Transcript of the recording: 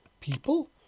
People